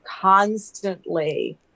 constantly